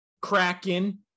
Kraken